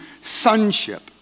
sonship